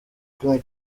uko